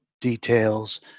details